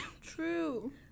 True